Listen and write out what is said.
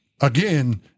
again